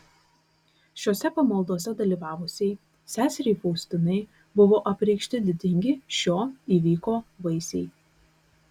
šiose pamaldose dalyvavusiai seseriai faustinai buvo apreikšti didingi šio įvyko vaisiai